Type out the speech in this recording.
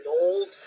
old